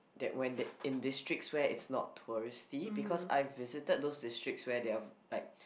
that when there in districts where it's not touristy because I've visited those districts where they are like